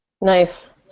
Nice